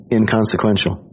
inconsequential